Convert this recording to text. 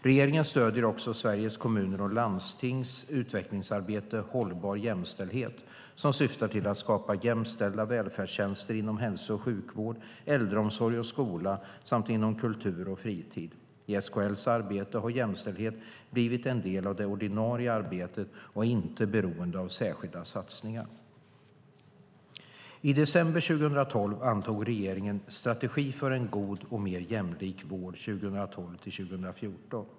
Regeringen stöder också utvecklingsarbetet inom Sveriges Kommuner och Landsting, SKL, om hållbar jämställdhet, som syftar till att skapa jämställda välfärdstjänster inom hälso och sjukvård, äldreomsorg och skola samt kultur och fritid. I SKL:s arbete har jämställdhet blivit en del av det ordinarie arbetet och är inte beroende av särskilda satsningar. I december 2012 antog regeringen Strategi för en god och mer jämlik vård 2012-2016 .